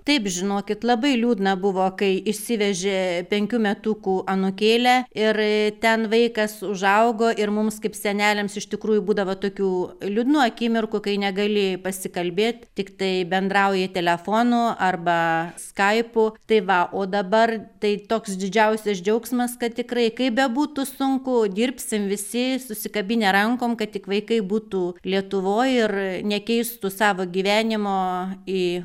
taip žinokit labai liūdna buvo kai išsivežė penkių metukų anūkėlę ir ten vaikas užaugo ir mums kaip seneliams iš tikrųjų būdavo tokių liūdnų akimirkų kai negali pasikalbėt tiktai bendrauji telefonu arba skaipu tai va o dabar tai toks didžiausias džiaugsmas kad tikrai kaip bebūtų sunku dirbsim visi susikabinę rankom kad tik vaikai būtų lietuvoj ir nekeistų savo gyvenimo į